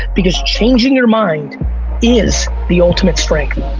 because changing your mind is the ultimate strength.